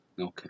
Okay